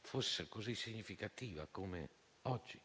fosse così significativa come oggi,